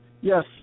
Yes